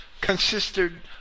consisted